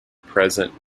present